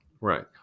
Right